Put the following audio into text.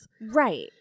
Right